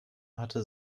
hatte